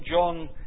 John